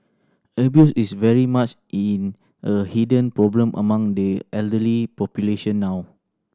abuse is very much in a hidden problem among the elderly population now